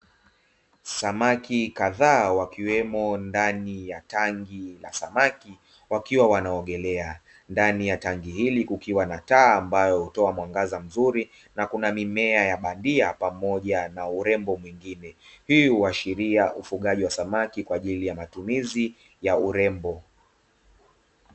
Samaki kadhaa wakiwemo ndani ya tangi la samaki wakiwa wanaogelea. Ndani ya tangi hili kukiwa na taa ambayo hutoa mwangaza mzuri na kuna mimea ya bandia pamoja na urembo mwingine. Hii huashiria ufugaji wa samaki kwa ajili ya matumizi ya urembo.